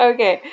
Okay